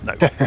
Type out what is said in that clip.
No